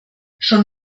schon